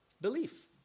Belief